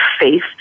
faith